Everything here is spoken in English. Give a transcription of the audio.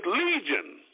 Legion